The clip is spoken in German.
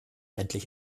endlich